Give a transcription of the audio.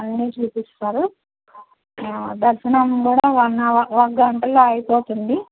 అన్నీ చూపిస్తారు దర్శనం కూడా వన్ అవర్ ఒక గంటలు అయిపోతుంది